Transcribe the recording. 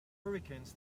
hurricanes